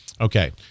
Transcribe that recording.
Okay